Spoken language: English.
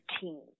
team